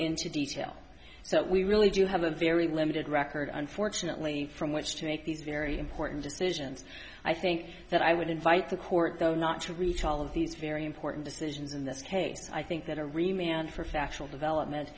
into detail so we really do have a very limited record unfortunately from which to make these very important decisions i think that i would invite the court though not to reach all of these very important decisions in this case i think that a remained for factual development